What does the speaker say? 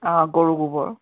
অ গৰু গোবৰ